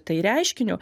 tai reiškiniu